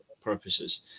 purposes